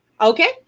Okay